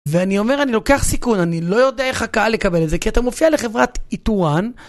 ואני אומר, אני לוקח סיכון, אני לא יודע איך הקהל יקבל את זה, כי אתה מופיע לחברת איתורן,